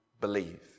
believe